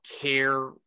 care